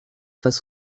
face